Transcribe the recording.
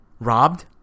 robbed